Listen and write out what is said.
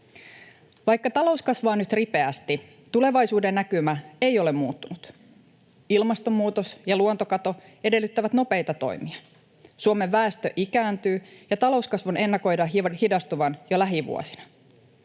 Vaikka talous kasvaa nyt ripeästi, tulevaisuudennäkymä ei ole muuttunut. Ilmastonmuutos ja luontokato edellyttävät nopeita toimia, Suomen väestö ikääntyy, ja talouskasvun ennakoidaan hidastuvan jo lähivuosina.